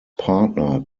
partnered